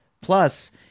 plus